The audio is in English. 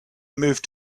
moved